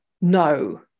no